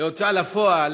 עד שמגיעים להוצאה לפועל,